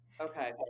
Okay